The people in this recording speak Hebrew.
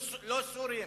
לא סורים.